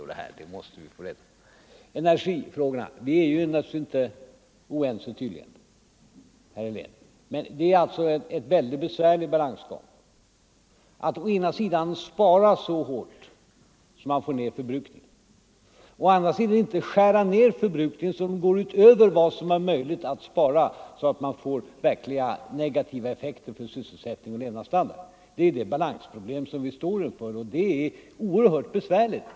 Det måste vi få någon rätsida på. Så några ord om energifrågorna. Där är vi tydligen inte helt oense, herr Helén. Men det är en mycket besvärlig balansgång att å ena sidan spara så hårt att vi får ner förbrukningen men att å andra sidan inte skära ner förbrukningen så mycket att det går utöver vad som är möjligt att spara, ty då får man negativa effekter på sysselsättning och levnadsstandard. Det är det balansproblemet vi står inför, och det är som sagt oerhört besvärligt.